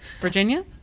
Virginia